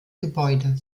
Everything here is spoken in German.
gebäude